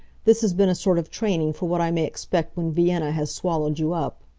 this has been a sort of training for what i may expect when vienna has swallowed you up.